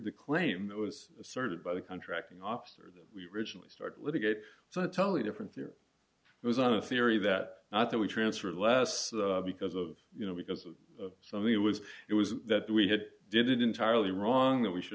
t claim that was asserted by the contracting officer that we originally started litigate so i tell the difference here was on the theory that not that we transferred less because of you know because of something it was it was that we had did it entirely wrong that we should